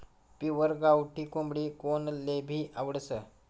pure गावठी कोंबडी कोनलेभी आवडस